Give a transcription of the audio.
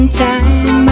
time